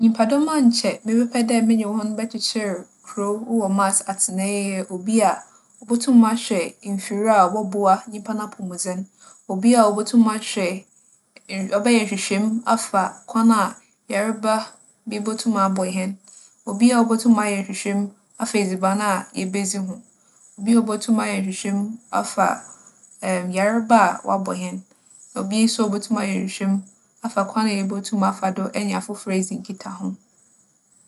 Nyimpadͻm a nkyɛ mebɛpɛ dɛ menye hͻn bɛkyekyer kurow wͻ maas atsenae yɛ obi a obotum ahwɛ mfir a ͻbͻboa nyimpa n'apͻwmuden. Obi a obotum ahwɛ nhwe - ͻbɛyɛ nhwehwɛmu afa kwan a yarba bi botum abͻ hɛn. Obi a obotum ayɛ nhwehwɛmu afa edziban a yebedzi ho. Obi a obotum ayɛ nhwehwɛmu afa yarba a ͻabͻ hɛn. Obi so a obotum ayɛ nhwehwɛmu afa kwan a yebotum afa do nye afofor edzi nkitaho.